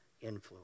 influence